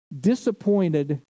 disappointed